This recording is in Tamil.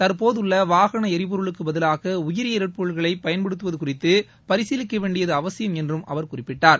தற்போதுள்ள வாகன எரிபொருளுக்கு பதிலாக உயிரி எரிபொருட்களை பயன்படுத்துவது குறித்து பரிசீலிக்க வேண்டியது அவசியம் என்றும் அவர் குறிப்பிட்டார்